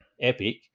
Epic